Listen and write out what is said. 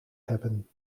hebben